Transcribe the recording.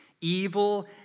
Evil